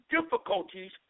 difficulties